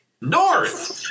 North